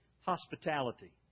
hospitality